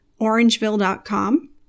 orangeville.com